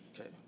Okay